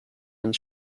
and